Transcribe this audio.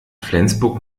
flensburg